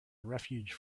refuge